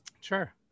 Sure